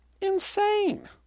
Insane